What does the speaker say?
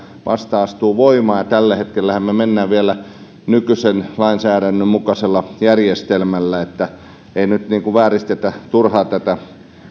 vasta ensimmäinen seitsemättä ja tällä hetkellähän me menemme vielä nykyisen lainsäädännön mukaisella järjestelmällä eli ei nyt vääristetä turhaan tätä